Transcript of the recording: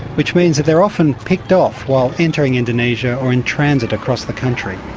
which means that they are often picked off while entering indonesia or in transit across the country.